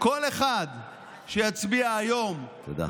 כל אחד שיצביע היום, תודה.